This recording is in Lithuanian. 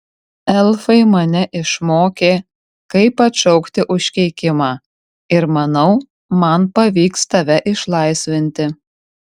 elfai mane išmokė kaip atšaukti užkeikimą ir manau man pavyks tave išlaisvinti